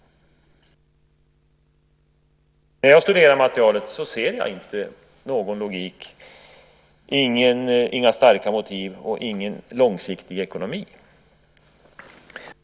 När jag studerar materialet ser jag inte någon logik, inga starka motiv och ingen långsiktig ekonomi.